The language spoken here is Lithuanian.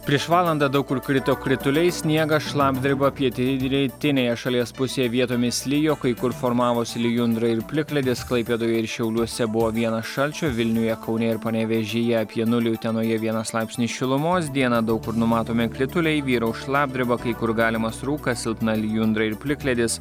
prieš valandą daug kur krito krituliai sniegas šlapdriba pietry reitinėje šalies pusėje vietomis lijo kai kur formavosi lijundra ir plikledis klaipėdoje ir šiauliuose buvo vienas šalčio vilniuje kaune ir panevėžyje apie nulį utenoje vienas laipsnis šilumos dieną daug kur numatomi krituliai vyraus šlapdriba kai kur galimas rūkas silpna lijundra ir plikledis